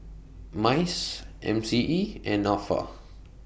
Mice M C E and Nafa